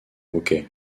hockey